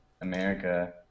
America